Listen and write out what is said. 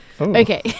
Okay